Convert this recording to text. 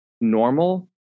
normal